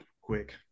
quick